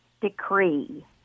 decree